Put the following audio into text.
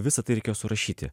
visa tai reikėjo surašyti